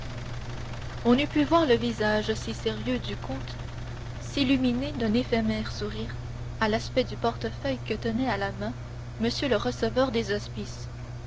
on eût pu voir le visage si sérieux du comte s'illuminer d'un éphémère sourire à l'aspect du portefeuille que tenait à la main m le receveur des hospices